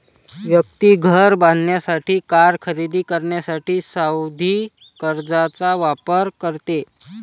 व्यक्ती घर बांधण्यासाठी, कार खरेदी करण्यासाठी सावधि कर्जचा वापर करते